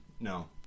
No